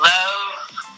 Love